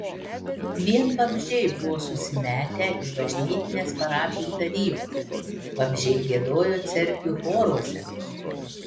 vien vabzdžiai buvo susimetę į bažnytines parapijų tarybas vabzdžiai giedojo cerkvių choruose